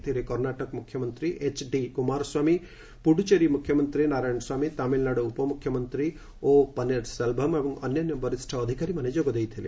ଏଥିରେ କର୍ଣ୍ଣାଟକ ମୁଖ୍ୟମନ୍ତ୍ରୀ HD Kumaraswamy Puducherry ମୁଖ୍ୟମନ୍ତ୍ରୀ ନାରାୟଣ ସ୍ୱାମୀ ତାମିଲନାଡ଼ୁ ଉପମୁଖ୍ୟମନ୍ତ୍ରୀ ଓପନିର୍ ସେଲ୍ଭମ୍ ଏବଂ ଅନ୍ୟାନ୍ୟ ବରିଷ୍ଣ ଅଧିକାରୀମାନେ ଯୋଗ ଦେଇଥିଲେ